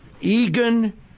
Egan